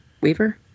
Weaver